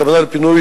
הכוונה לפינוי,